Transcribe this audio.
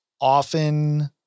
often